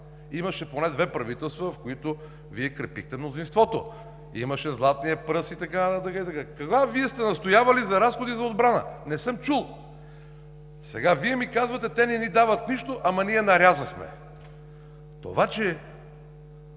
Имаше поне две правителства, в които Вие крепихте мнозинството. Имаше „златния пръст“ и така нататък. Кога Вие сте настоявали за разходи за отбрана? Не съм чул. Сега Вие ми казвате: „Те не ни дават нищо, ама ние нарязахме.“ Това, че